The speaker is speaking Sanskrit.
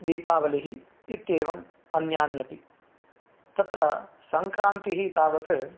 दीपावलिः इत्येवम् अन्यान्यपि तत्र सङ्क्रान्तिः तावत्